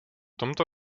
tomto